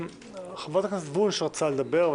חברת הכנסת וונש רצתה לדבר,